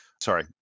sorry